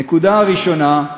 הנקודה הראשונה,